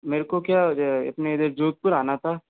मेरे को क्या अपने इधर जोधपुर आना था